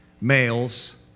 males